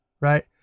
right